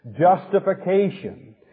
Justification